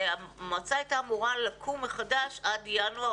והמועצה הייתה אמורה לקום מחדש עד ינואר